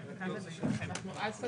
16:26.